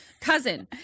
cousin